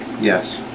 Yes